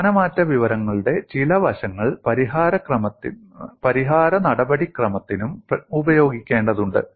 സ്ഥാനമാറ്റ വിവരങ്ങളുടെ ചില വശങ്ങൾ പരിഹാര നടപടിക്രമത്തിനും ഉപയോഗിക്കേണ്ടതുണ്ട്